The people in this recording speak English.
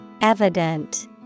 Evident